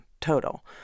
total